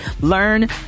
Learn